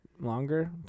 longer